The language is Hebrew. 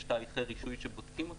יש תהליכי רישוי שבודקים אותם.